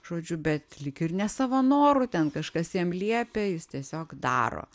žodžiu be lyg ir ne savo noru ten kažkas jam liepia jis tiesiog daro